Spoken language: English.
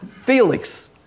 Felix